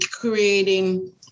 creating